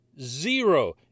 zero